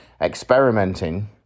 experimenting